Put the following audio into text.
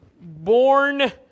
born